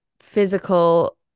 physical